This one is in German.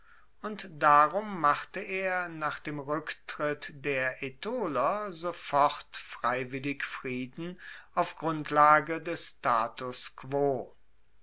und darum machte er nach dem ruecktritt der aetoler sofort freiwillig frieden auf grundlage des status